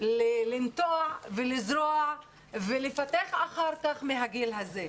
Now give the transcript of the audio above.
לנטוע וזרוע ולפתח אחר כך מהגיל הזה,